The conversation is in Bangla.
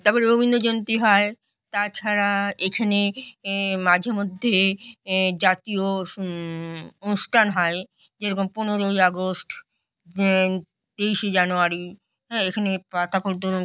তার পরে রবীন্দ্র জয়ন্তী হয় তাছাড়া এখানে এ মাঝে মধ্যে এ জাতীয় অনুষ্ঠান হয় যেরকম পনেরোই আগস্ট তেইশে জানুয়ারি হ্যাঁ এখানে পা তারপর ধরুন